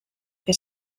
que